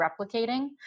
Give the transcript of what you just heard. replicating